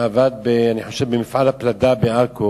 שעבד במפעל הפלדה בעכו